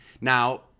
Now